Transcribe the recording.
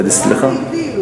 על הנייר.